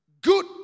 Good